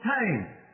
time